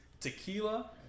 tequila